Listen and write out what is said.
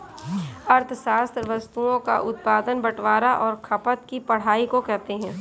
अर्थशास्त्र वस्तुओं का उत्पादन बटवारां और खपत की पढ़ाई को कहते हैं